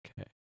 Okay